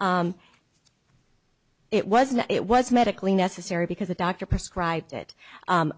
ok it wasn't it was medically necessary because the doctor prescribed it